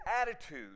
attitude